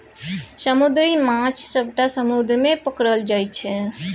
समुद्री माछ सबटा समुद्र मे पकरल जाइ छै